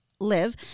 live